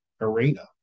arena